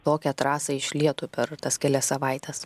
tokią trasą išlietų per tas kelias savaites